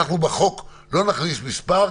בחוק לא נכריז מספר,